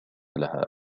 لها